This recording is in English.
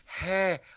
hey